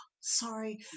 sorry